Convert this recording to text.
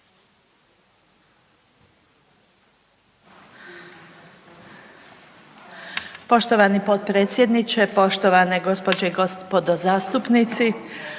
Poštovani potpredsjedniče, poštovane gospođe i gospodo zastupnici.